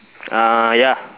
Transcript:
uh ya